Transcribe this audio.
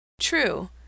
True